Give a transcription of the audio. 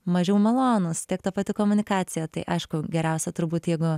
mažiau malonūs tiek ta pati komunikacija tai aišku geriausia turbūt jeigu